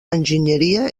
enginyeria